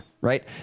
Right